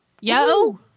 Yo